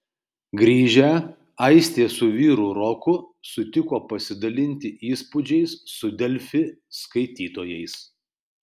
grįžę aistė su vyru roku sutiko pasidalinti įspūdžiais su delfi skaitytojais